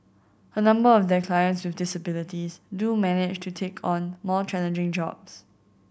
a number of their clients with disabilities do manage to take on more challenging jobs